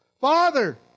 Father